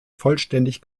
vollständig